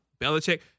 Belichick